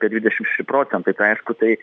apie dvidešim šeši procentai tai aišku tai